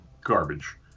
garbage